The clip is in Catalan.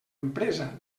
empresa